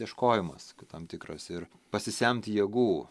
ieškojimas kaip tam tikras ir pasisemti jėgų